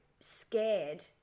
scared